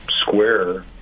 square